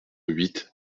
huit